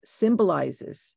symbolizes